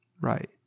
right